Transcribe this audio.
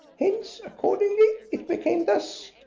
hence accordingly, it became thus.